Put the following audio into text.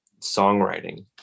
songwriting